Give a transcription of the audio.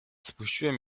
spuściłem